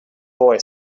boy